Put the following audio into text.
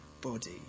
body